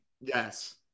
Yes